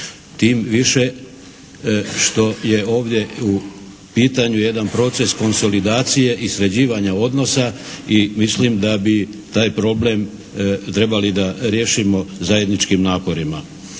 Tim više što je ovdje i u pitanju jedan proces konsolidacije i sređivanja odnosa. I mislim da bi taj problem trebali da riješimo zajedničkim naporima.